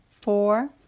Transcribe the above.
four